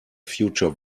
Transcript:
future